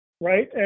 Right